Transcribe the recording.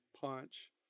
Punch